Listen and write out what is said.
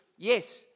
Yes